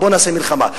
בוא נעשה מלחמה.